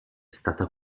stata